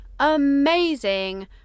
amazing